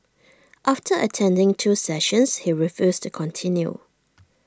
after attending two sessions he refused to continue